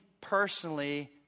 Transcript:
personally